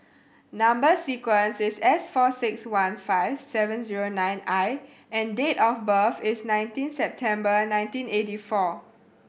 number sequence is S four six one five seven zero nine I and date of birth is nineteen September nineteen eighty four